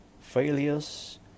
failures